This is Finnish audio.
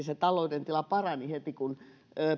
se talouden tila vaan ilmiömäisesti parani heti kun